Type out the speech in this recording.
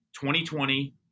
2020